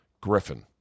Griffin